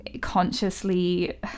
consciously